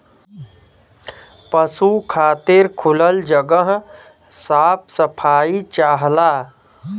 पसु खातिर खुलल जगह साफ सफाई चाहला